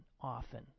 often